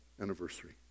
anniversary